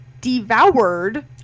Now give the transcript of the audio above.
devoured